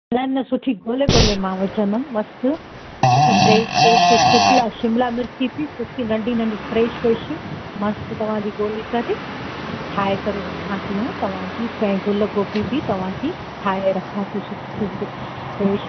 न न सुठी ॻोल्हे ॻोल्हे मां विझंदमि मस्तु सुठी फ़्रेश फ़्रेश शिमिला शिमिला मिर्ची बि सुठी नंढी नंढी फ़्रेश फ़्रेश मस्तु तव्हांजी ॻोल्हे करे ठाहे करे रखां थी हां तव्हांजी ऐं गुल गोभी बि तव्हांजी ठाहे रखां थी सुठी फ़्रेश